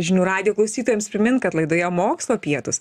žinių radijo klausytojams primint kad laidoje mokslo pietūs